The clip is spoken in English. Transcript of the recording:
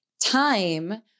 Time